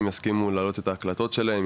כן יסכימו להעלות את ההקלטות שלהם,